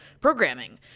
programming